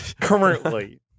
currently